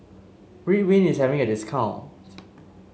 Ridwind is having a discount